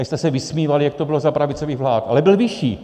Tady jste se vysmívali, jak to bylo za pravicových vlád, ale byl vyšší.